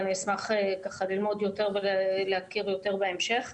אני אשמח ללמוד יותר ולהכיר יותר בהמשך.